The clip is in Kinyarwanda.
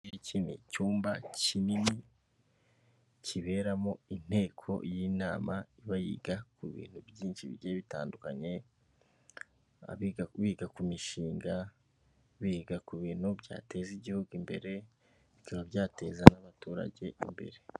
Iki ngiki ni icyumba kinini kiberamo inteko y'inama iba yiga ku bintu byinshi bigiye bitandukanye, biga ku mishinga biga ku bintu byateza igihugu imbere bikaba byateza n'abaturage imbere.